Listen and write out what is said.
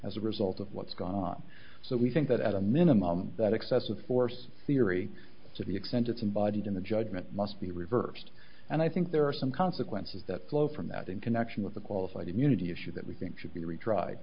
as a result of what's gone on so we think that at a minimum that excessive force theory to the extent it's embodied in the judgment must be reversed and i think there are some consequences that flow from that in connection with the qualified immunity issue that we think should be retr